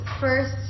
first